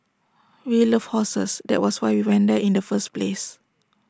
we love horses that was why we went there in the first place